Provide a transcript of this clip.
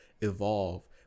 evolve